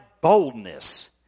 boldness